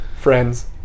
friends